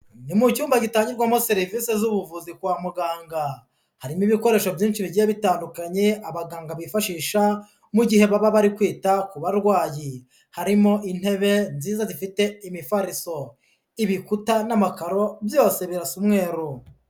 Ni mu cyumba gitangirwamo serivisi z'ubuvuzi kwa muganga, harimo ibikoresho byinshi bigiye bitandukanye abaganga bifashisha mu gihe baba bari kwita ku barwayi. Harimo intebe nziza zifite imifariso, ibikuta n'amakaro byose birasa umweru.